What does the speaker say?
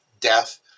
death